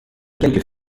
quelques